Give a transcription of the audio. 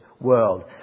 world